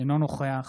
אינו נוכח